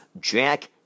Jack